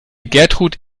gertrud